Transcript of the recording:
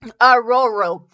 Aurora